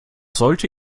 sollte